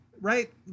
right